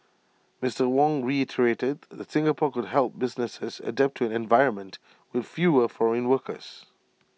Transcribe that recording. Mister Ong reiterated that Singapore could help businesses adapt to an environment with fewer foreign workers